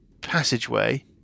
passageway